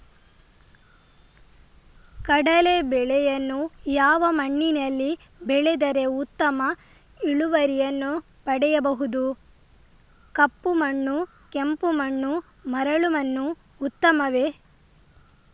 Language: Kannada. ಕಡಲೇ ಬೆಳೆಯನ್ನು ಯಾವ ಮಣ್ಣಿನಲ್ಲಿ ಬೆಳೆದರೆ ಉತ್ತಮ ಇಳುವರಿಯನ್ನು ಪಡೆಯಬಹುದು? ಕಪ್ಪು ಮಣ್ಣು ಕೆಂಪು ಮರಳು ಮಣ್ಣು ಉತ್ತಮವೇ?